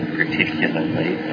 particularly